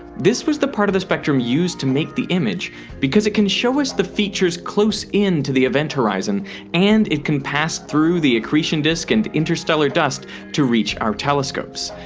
this was the part of the spectrum used to make the image because it can show us the features close in to the event horizon and it can pass through the accretion disk and interstellar dust to reach our telescopes.